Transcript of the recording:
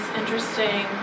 interesting